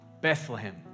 Bethlehem